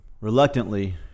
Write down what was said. reluctantly